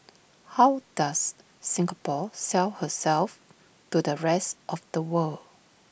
how does Singapore sell herself to the rest of the world